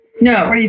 no